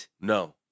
No